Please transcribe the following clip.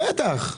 בטח.